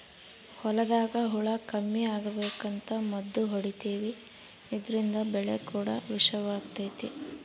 ಹೊಲದಾಗ ಹುಳ ಕಮ್ಮಿ ಅಗಬೇಕಂತ ಮದ್ದು ಹೊಡಿತಿವಿ ಇದ್ರಿಂದ ಬೆಳೆ ಕೂಡ ವಿಷವಾತತೆ